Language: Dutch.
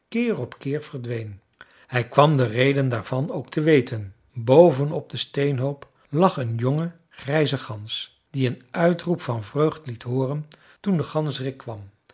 keer op keer verdween hij kwam de reden daarvan ook te weten boven op den steenhoop lag een jonge grijze gans die een uitroep van vreugd liet hooren toen de ganzerik kwam